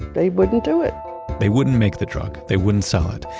they wouldn't do it they wouldn't make the drug. they wouldn't sell it.